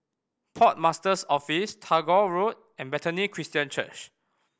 Port Master's Office Tagore Road and Bethany Christian Church